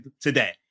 today